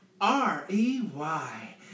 R-E-Y